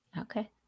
Okay